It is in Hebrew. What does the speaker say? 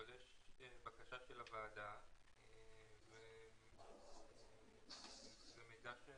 אבל יש בקשה של הוועדה למידע ש